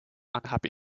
unhappy